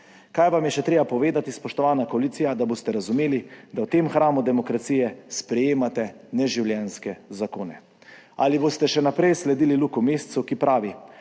Kaj vam je še treba povedati spoštovana koalicija, da boste razumeli, da v tem hramu demokracije sprejemate neživljenjske zakone. Ali boste še naprej sledili Luki Mescu, ki pravi,